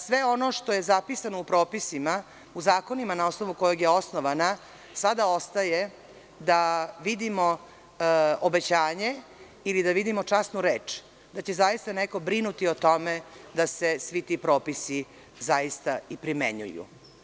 Sve ono što je zapisano u propisima u zakonima na osnovu kojeg je osnovana, sada ostaje da vidimo obećanje ili da vidimo časnu reč da će zaista neko brinuti o tome da se svi ti propisi zaista i primenjuju.